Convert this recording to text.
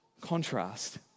contrast